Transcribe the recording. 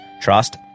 trust